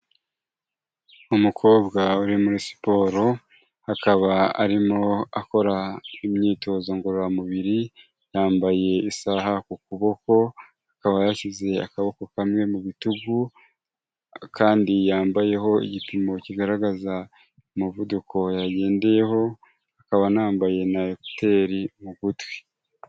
Umukobwa uri muri siporo, akaba arimo akora imyitozo ngororamubiri, yambaye isaha ku kuboko, akaba yashyize akaboko kamwe mu bitugu, akandi yambayeho igipimo kigaragaza umuvuduko yagendeyeho, akaba anambaye na ekuteri mu gutwi.